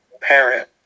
parent